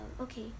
okay